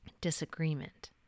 disagreement